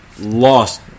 lost